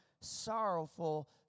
sorrowful